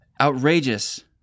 Outrageous